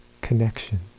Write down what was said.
connection